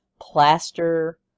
plaster